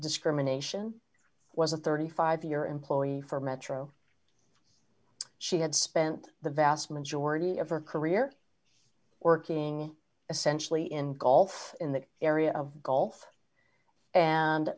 discrimination was a thirty five year employee for metro she had spent the vast majority of her career working essentially in golf in that area of golf and